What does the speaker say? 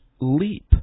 leap